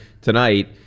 tonight